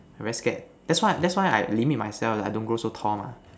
I'm very scared that's why that's why I limit myself like I don't go so tall mah